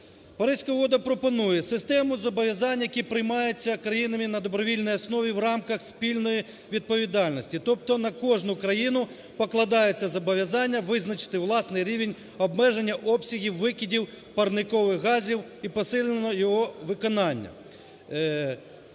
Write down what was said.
Паризька угода пропонує систему зобов'язань, які приймаються країнами на добровільній основі в рамках спільної відповідальності. Тобто на кожну країну покладається зобов'язання визначити власний рівень обмеження обсягів викидів парникових газів і посильного його виконання.